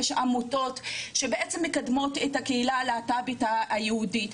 יש עמותות שבעצם מקדמות את הקהילה הלהט"בית היהודית,